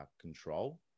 control